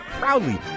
proudly